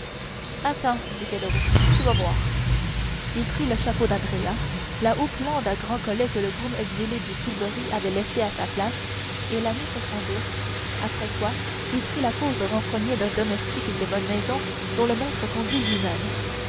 attends dit caderousse tu vas voir il prit le chapeau d'andrea la houppelande à grand collet que le groom exilé du tilbury avait laissée à sa place et la mit sur son dos après quoi il prit la pose renfrognée d'un domestique de bonne maison dont le maître conduit lui-même